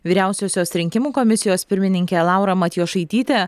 vyriausiosios rinkimų komisijos pirmininkė laura matjošaitytė